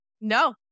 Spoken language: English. No